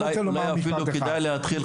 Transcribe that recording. אולי אפילו כדאי להתחיל,